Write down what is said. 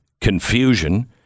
confusion